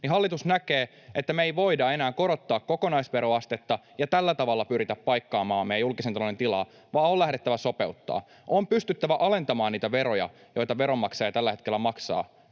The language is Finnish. Hallitus näkee, että me ei voida enää korottaa kokonaisveroastetta ja tällä tavalla pyrkiä paikkaamaan meidän julkisen talouden tilaa, vaan on lähdettävä sopeuttamaan. On pystyttävä alentamaan niitä veroja, joita veronmaksaja tällä hetkellä maksaa.